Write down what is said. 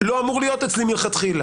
לא אמור להיות אצלי מלכתחילה?